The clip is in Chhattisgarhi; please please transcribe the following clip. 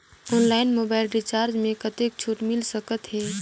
ऑनलाइन मोबाइल रिचार्ज मे कतेक छूट मिल सकत हे?